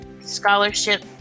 scholarship